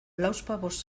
lauzpabost